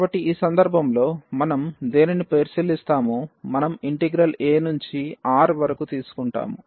కాబట్టి ఈ సందర్భంలో మనం దేనిని పరిశీలిస్తామో మనం ఇంటిగ్రల్ a నుంచి R వరకు తీసుకుంటాము